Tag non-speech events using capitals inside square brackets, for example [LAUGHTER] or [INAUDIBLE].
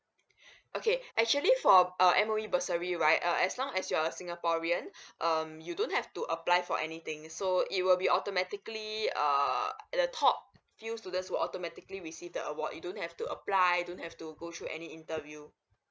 [BREATH] okay actually for uh M_O_E bursary right uh as long as you are a singaporean um you don't have to apply for anything so it will be automatically err the top few students will automatically receive the award you don't have to apply don't have to go through any interview